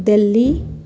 Delhi